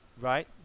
right